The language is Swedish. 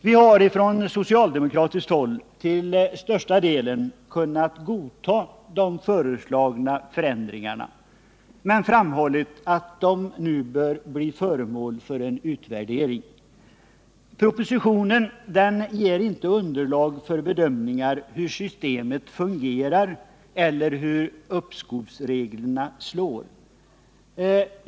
Vi har från socialdemokratiskt håll till största delen kunnat godta de föreslagna förändringarna, men vi har framhållit att de bör bli föremål för en utvärdering. Propositionen ger inte underlag för bedömningar av hur systemet fungerar eller hur uppskovsreglerna slår.